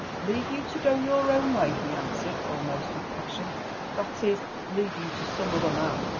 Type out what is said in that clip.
leave you to go your own way, he answered almost with passion that is, leave you to some other man.